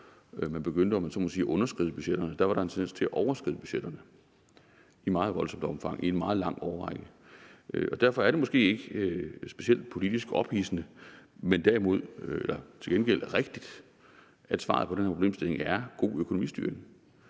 man begyndte at – om jeg så må sige – underskride budgetterne, der var der nemlig en tendens til at overskride budgetterne i et meget voldsomt omfang og i en meget lang årrække. Derfor er det måske ikke specielt politisk ophidsende, men til gengæld rigtigt, at svaret på den problemstilling er god økonomistyring.